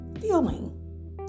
feeling